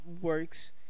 works